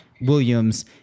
Williams